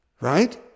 Right